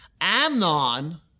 Amnon